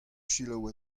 selaou